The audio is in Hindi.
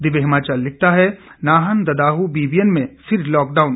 दिव्य हिमाचल लिखता है नाहन ददाहू बीबीएन में फिर लॉकडाउन